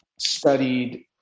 studied